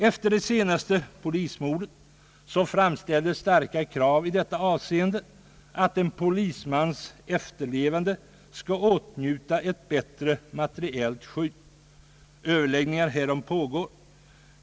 Efter det senaste polismordet framställdes starka krav på att polismans efterlevande skall åtnjuta bättre materiellt skydd. Överläggningar härom pågår.